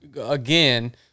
again